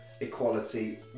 equality